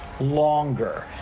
longer